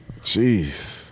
Jeez